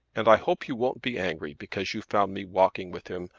and i hope you won't be angry because you found me walking with him,